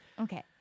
Okay